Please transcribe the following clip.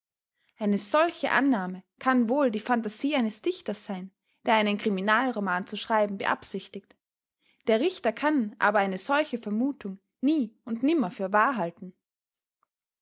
eine solche annahme kann wohl die phantasie eines dichters sein der einen kriminalroman zu schreiben beabsichtigt der richter kann aber eine solche vermutung nie und nimmer für